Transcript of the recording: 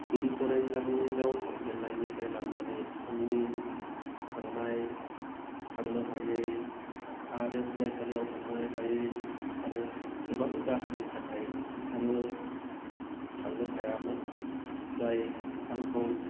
गुदि फरायसालियाव थांजेननायनिफ्राय लानानै आंनि थांनाय थांनो हायै आरो फरायसालियाव थांनो हायै आरो गोबां जाहोननि थाखाय आङो थांनो हायामोन जाय आंखौ